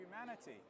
humanity